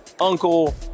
Uncle